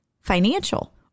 financial